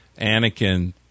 Anakin